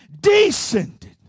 descended